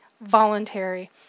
voluntary